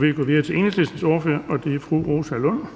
Vi går videre til Dansk Folkepartis ordfører, og det er hr. Peter Kofod.